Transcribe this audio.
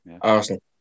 Arsenal